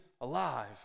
alive